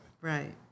Right